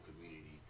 community